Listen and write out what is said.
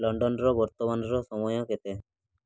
ଲଣ୍ଡନର ବର୍ତ୍ତମାନର ସମୟ କେତେ